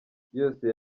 yose